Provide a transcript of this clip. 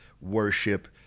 worship